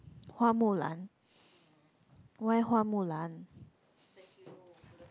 Hua-Mu-Lan why Hua-Mu-Lan